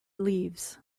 leaves